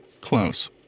Close